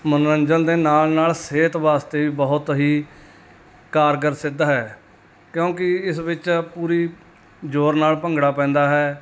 ਮਨੋਰੰਜਨ ਦੇ ਨਾਲ ਨਾਲ ਸਿਹਤ ਵਾਸਤੇ ਵੀ ਬਹੁਤ ਹੀ ਕਾਰਗਰ ਸਿੱਧ ਹੈ ਕਿਉਂਕਿ ਇਸ ਵਿੱਚ ਪੂਰੀ ਜ਼ੋਰ ਨਾਲ ਭੰਗੜਾ ਪੈਂਦਾ ਹੈ